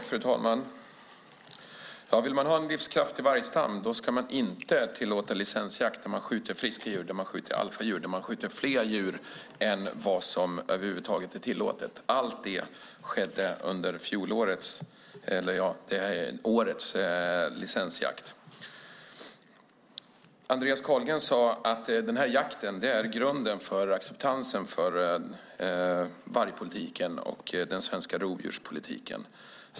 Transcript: Fru talman! Vill man ha en livskraftig vargstam ska man inte tillåta licensjakt där man skjuter friska djur, alfadjur och fler djur än vad som över huvud taget är tillåtet. Allt detta skedde under årets licensjakt. Andreas Carlgren sade att jakten är grunden för acceptansen av vargpolitiken och den svenska rovdjurspolitiken.